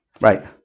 Right